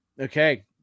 okay